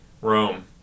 Rome